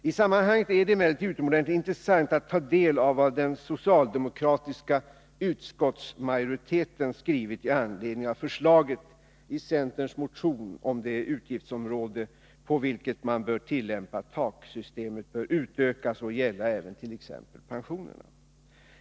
I sammanhanget är det emellertid utomordentligt intressant att ta del av vad den socialdemokratiska utskottsmajoriteten har skrivit i anledning av förslaget i centerns motion om att det utgiftsområde på vilket man bör tillämpa ”taksystemet” bör utökas och gälla även t.ex. pensionerna.